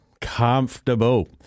comfortable